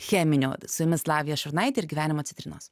cheminių su jumis lavija šurnaitė ir gyvenimo citrinos